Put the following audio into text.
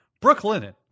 Brooklyn